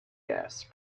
asked